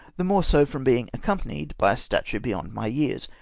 the more so fi om being accompanied by a statiu-e beyond my years.